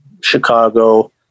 Chicago